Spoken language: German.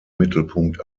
mittelpunkt